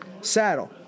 saddle